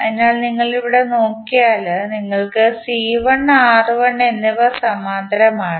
അതിനാൽ നിങ്ങൾ ഇവിടെ നോക്കിയാൽ നിങ്ങൾക്ക് സി 1 ആർ 1 എന്നിവ സമാന്തരമാണ്